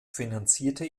finanzierte